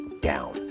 down